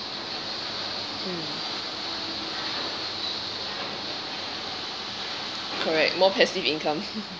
mm correct more passive income